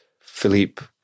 Philippe